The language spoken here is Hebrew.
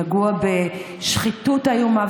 נגוע בשחיתות איומה,